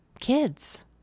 kids